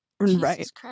Right